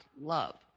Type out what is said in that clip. love